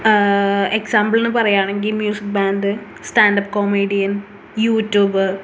example എന്ന് പറയുകയാണെങ്കിൽ music band stand up comedian YouTube